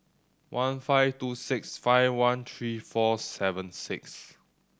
one five two six five one three four seven six